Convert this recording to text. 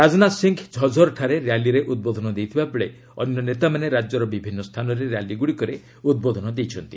ରାଜନାଥ ସିଂହ ଝଝରଠାରେ ର୍ୟାଲିରେ ଉଦ୍ବୋଧନ ଦେଇଥିଲା ବେଳେ ଅନ୍ୟ ନେତାମାନେ ରାଜ୍ୟର ବିଭିନ୍ନ ସ୍ଥାନରେ ର୍ୟାଲିଗ୍ରଡ଼ିକରେ ଉଦ୍ବୋଧନ ଦେଇଛନ୍ତି